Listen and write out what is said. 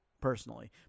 personally